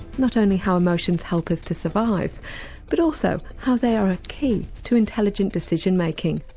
not only how emotions help us to survive but also how they are a key to intelligent decision making.